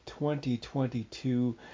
2022